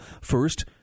first